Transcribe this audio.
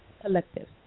Collective